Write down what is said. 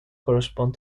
correspond